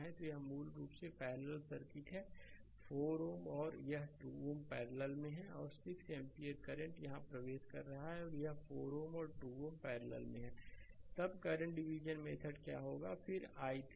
तो यह मूल रूप से एक पैरलल सर्किट है यह 4 Ω और यह 2 Ω पैरलल में हैं और 6 एम्पीयर करंट यहां प्रवेश कर रहा है यह 4 Ω और2 Ω पैरलल में हैंतब करंट डिविजन मेथड क्या होगा फिर i3 क्या होगा